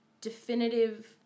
definitive